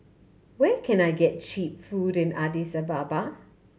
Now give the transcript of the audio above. where can I get cheap food in Addis Ababa